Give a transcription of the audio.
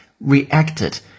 reacted